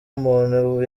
umuntu